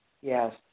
Yes